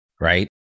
right